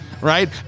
right